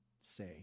say